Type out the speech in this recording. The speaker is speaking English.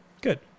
Good